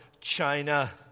China